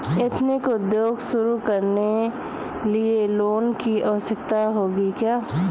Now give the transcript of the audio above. Ethnic उद्योग शुरू करने लिए लोन की आवश्यकता होगी क्या?